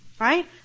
Right